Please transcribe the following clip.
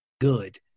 good